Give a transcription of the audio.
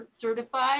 certified